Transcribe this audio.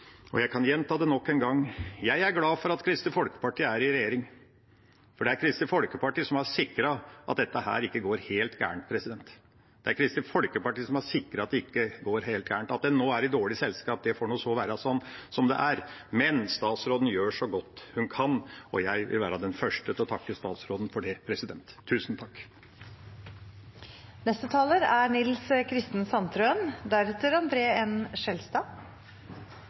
og jeg kan gjenta det nok en gang: Jeg er glad for at Kristelig Folkeparti er i regjering, for det er Kristelig Folkeparti som har sikret at dette ikke går helt galt. At en nå er i dårlig selskap, får så være som det er, men statsråden gjør så godt hun kan, og jeg vil være den første til å takke statsråden for det: Tusen takk! Jeg tok ordet nå på grunn av en viktig sak for debatten og Stortinget nå, både i denne saken og generelt i den tida vi er inne i. Det ble hevdet av representanten Skjelstad